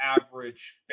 average